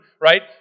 right